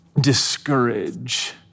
discourage